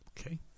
okay